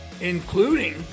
including